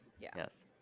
yes